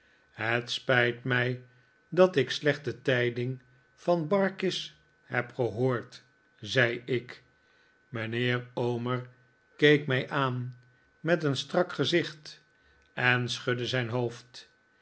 het spijt mij dat ik slechte tij ding van barkis heb gehoord zei ik mijnheer omer keek mij aan met een strak gezicht en schudde zijn hoofd